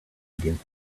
against